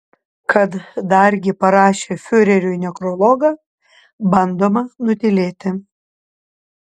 kad dargi parašė fiureriui nekrologą bandoma nutylėti